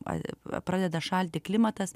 a pradeda šalti klimatas